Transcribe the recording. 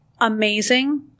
amazing